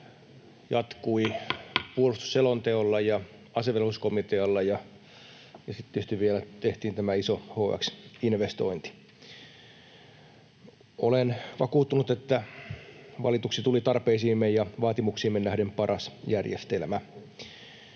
jatkui puolustusselonteolla ja asevelvollisuuskomitealla, ja sitten tietysti vielä tehtiin tämä iso HX-investointi. Olen vakuuttunut, että valituksi tuli tarpeisiimme ja vaatimuksiimme nähden paras järjestelmä